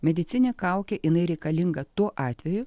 medicininė kaukė jinai reikalinga tuo atveju